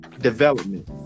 development